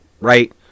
right